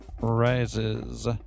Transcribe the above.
rises